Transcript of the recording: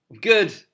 Good